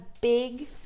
big